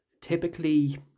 typically